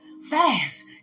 fast